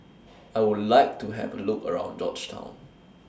I Would like to Have A Look around Georgetown